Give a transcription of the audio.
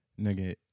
Nigga